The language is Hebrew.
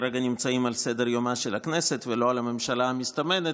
שכרגע נמצאים על סדר-יומה של הכנסת ולא על הממשלה המסתמנת.